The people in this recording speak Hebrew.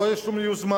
לא היתה שום יוזמה.